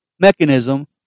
mechanism